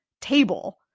table